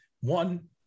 One